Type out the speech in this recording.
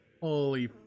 Holy